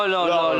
לא.